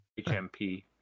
hmp